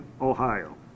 Ohio